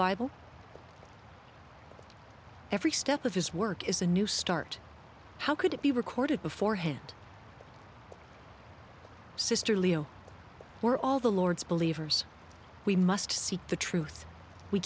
bible every step of his work is a new start how could it be recorded before hand sr leo we're all the lord's believers we must seek the truth we